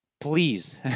Please